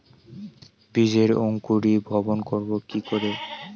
বীজের অঙ্কুরিভবন করব কি করে?